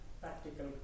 Practical